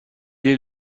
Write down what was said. est